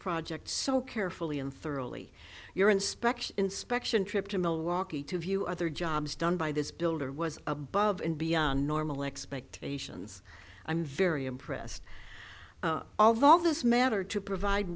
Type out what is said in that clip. project so carefully and thoroughly your inspection inspection trip to milwaukee to view other jobs done by this builder was above and beyond normal expectations i'm very impressed all vaal this matter to provide